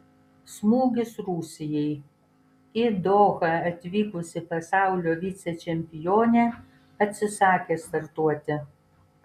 smūgis rusijai į dohą atvykusi pasaulio vicečempionė atsisakė startuoti